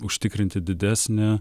užtikrinti didesnę